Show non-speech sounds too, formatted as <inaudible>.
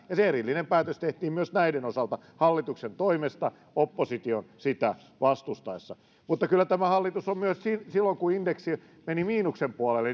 <unintelligible> ja se erillinen päätös tehtiin myös näiden osalta hallituksen toimesta opposition sitä vastustaessa mutta kyllä tämä hallitus myös silloin kun indeksi meni miinuksen puolelle <unintelligible>